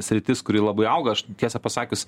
sritis kuri labai auga aš tiesą pasakius